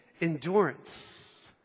endurance